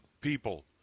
people